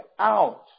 out